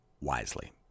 wisely